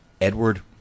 Edward